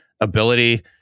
ability